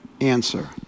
answer